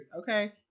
Okay